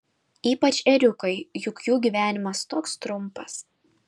ypač ėriukai juk jų gyvenimas toks trumpas